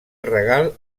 regal